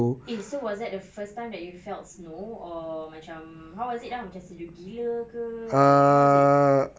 eh so was the first time that you felt snow or macam how was it ah macam sejuk gila ke or like how was it